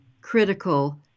critical